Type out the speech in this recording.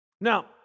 Now